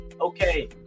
Okay